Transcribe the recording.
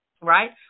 right